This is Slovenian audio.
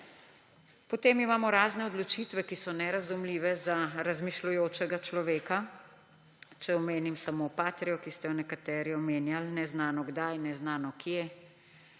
Potem imamo razne odločitve, ki so nerazumljive za razmišljujočega človeka. Če omenim samo Patrio, ki ste jo nekateri omenjali. »Neznano kdaj, neznano kje.«